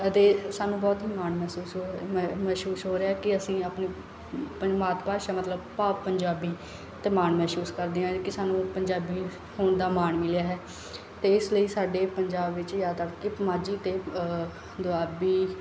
ਅਤੇ ਸਾਨੂੰ ਬਹੁਤ ਹੀ ਮਾਣ ਮਹਿਸੂਸ ਹੋ ਰਿਹਾ ਮਹਿਸੂਸ ਹੋ ਰਿਹਾ ਕਿ ਅਸੀਂ ਆਪਣੀ ਪੰ ਮਾਤ ਭਾਸ਼ਾ ਮਤਲਬ ਭਾਵ ਪੰਜਾਬੀ 'ਤੇ ਮਾਣ ਮਹਿਸੂਸ ਕਰਦੇ ਹਾਂ ਕਿ ਸਾਨੂੰ ਪੰਜਾਬੀ ਹੋਣ ਦਾ ਮਾਣ ਮਿਲਿਆ ਹੈ ਅਤੇ ਇਸ ਲਈ ਸਾਡੇ ਪੰਜਾਬ ਵਿੱਚ ਜ਼ਿਆਦਾਤਰ ਕਿ ਮਾਝੀ ਅਤੇ ਦੁਆਬੀ